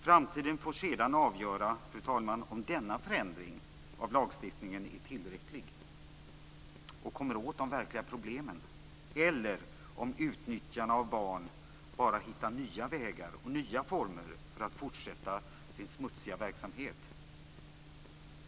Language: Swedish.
Framtiden får sedan avgöra, fru talman, om denna förändring av lagstiftningen är tillräcklig och kommer åt de verkliga problemen eller om de som utnyttjar barn bara hittar nya vägar och nya former för att fortsätta sin smutsiga verksamhet.